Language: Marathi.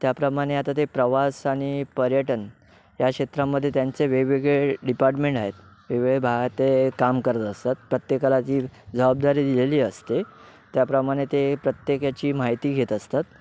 त्याप्रमाणे आता ते प्रवास आणि पर्यटन या क्षेत्रामध्ये त्यांचे वेगवेगळे डिपार्टमेंट आहेत वेगवेळे भागात ते काम करत असतात प्रत्येकाला जी जबाबदारी दिलेली असते त्याप्रमाणे ते प्रत्येकाची माहिती घेत असतात